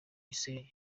gisenyi